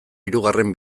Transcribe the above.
hirugarren